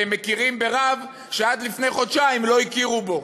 והם מכירים ברב שעד לפני חודשיים לא הכירו בו.